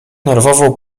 nerwowo